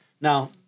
Now